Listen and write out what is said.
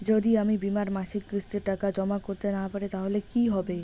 যদি আমি বীমার মাসিক কিস্তির টাকা জমা করতে না পারি তাহলে কি হবে?